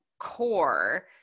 core